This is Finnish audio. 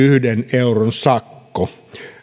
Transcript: euron sakko